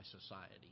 society